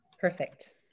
Perfect